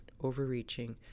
overreaching